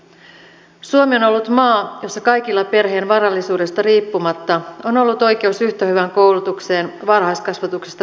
suomi on ollut maa jossa kaikilla perheen varallisuudesta riippumatta on ollut oikeus yhtä hyvään koulutukseen varhaiskasvatuksesta korkeakouluihin